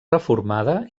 reformada